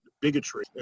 bigotry